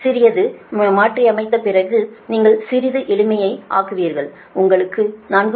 சிறிது மாற்றியமைத்த பிறகு நீங்கள் சிறிது எளிமை ஆக்குகிறீர்கள் உங்களுக்கு 4